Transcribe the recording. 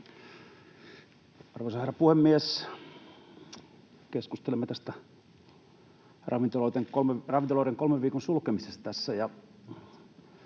Arvoisa herra puhemies! Keskustelemme tästä ravintoloiden kolmen viikon sulkemisesta tässä,